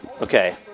Okay